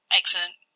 excellent